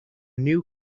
new